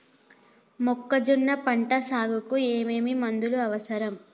మొక్కజొన్న పంట సాగుకు ఏమేమి మందులు అవసరం?